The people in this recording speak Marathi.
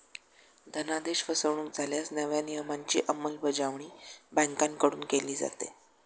धनादेश फसवणुक झाल्यास नव्या नियमांची अंमलबजावणी बँकांकडून केली जाते